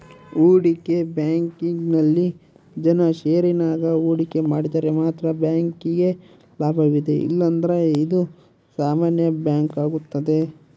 ಹೂಡಿಕೆ ಬ್ಯಾಂಕಿಂಗ್ನಲ್ಲಿ ಜನ ಷೇರಿನಾಗ ಹೂಡಿಕೆ ಮಾಡಿದರೆ ಮಾತ್ರ ಬ್ಯಾಂಕಿಗೆ ಲಾಭವಿದೆ ಇಲ್ಲಂದ್ರ ಇದು ಸಾಮಾನ್ಯ ಬ್ಯಾಂಕಾಗುತ್ತದೆ